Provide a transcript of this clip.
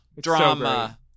Drama